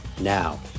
Now